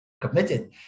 committed